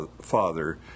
father